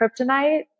kryptonite